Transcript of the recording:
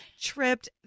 tripped